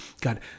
God